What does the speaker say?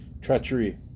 treachery